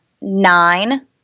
nine